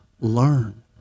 learn